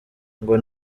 ngo